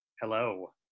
hello